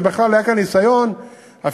שבכלל היה כאן ניסיון להכניס,